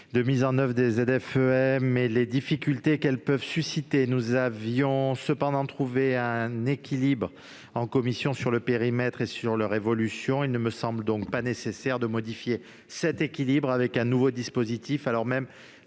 de mettre en oeuvre des ZFE-m et les difficultés qu'elles peuvent susciter. Nous avions trouvé un équilibre en commission sur leur périmètre et sur leur évolution. Il ne me semble pas nécessaire de le modifier avec un nouveau dispositif,